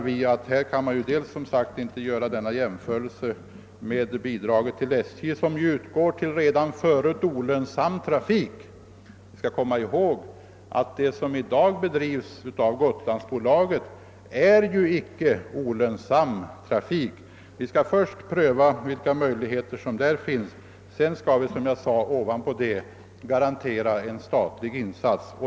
Vi skall komma ihåg att den trafik som i dag drivs av Gotlandsbolaget icke är olönsam. Först skall vi alltså pröva vilka möjligheter som nu finns, och sedan skall vi, som jag sade, ovanpå det garantera en viss statlig insats.